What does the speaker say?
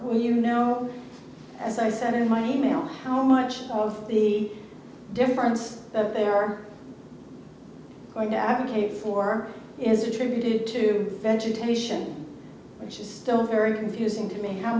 will you know as i said in my email how much of the difference there are going to advocate for is attributed to vegetation which is still very confusing to me how